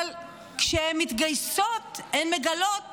אבל כשהן מתגייסות הן מגלות